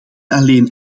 alleen